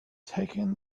taking